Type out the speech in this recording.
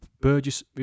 Burgess